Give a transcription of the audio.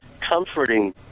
comforting